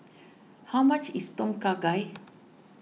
how much is Tom Kha Gai